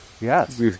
yes